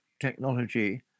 technology